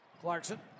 Clarkson